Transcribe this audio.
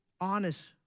honest